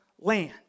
land